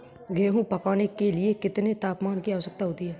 गेहूँ पकने के लिए कितने तापमान की आवश्यकता होती है?